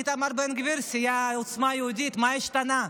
איתמר בן גביר, סיעת עוצמה יהודית, מה השתנה?